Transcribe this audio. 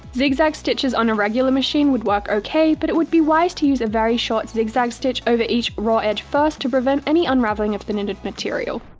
zigzag stitches on a regular machine would work okay, but it would be wise to use a very short zig zag stitch over each raw edge first to prevent any unraveling of the knitted material.